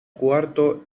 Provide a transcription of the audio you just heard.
cuarto